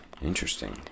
interesting